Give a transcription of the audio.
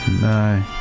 no